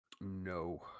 no